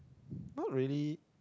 not really